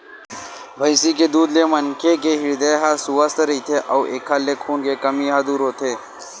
भइसी के दूद ले मनखे के हिरदे ह सुवस्थ रहिथे अउ एखर ले खून के कमी ह दूर होथे